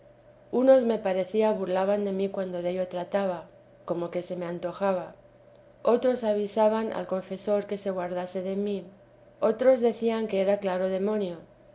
unos me parecía burlaban de mí cuando dello trataba como que se me antojaba otros avisaban al confesor que se guardase de mí otros decían que era claro demonio